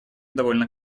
довольно